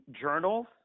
journals